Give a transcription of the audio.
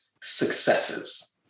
successes